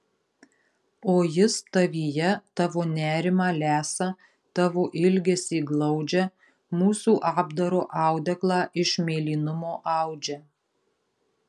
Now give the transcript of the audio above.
o jis tavyje tavo nerimą lesa tavo ilgesį glaudžia mūsų apdaro audeklą iš mėlynumo audžia